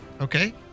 Okay